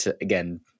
again